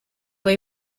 may